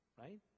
right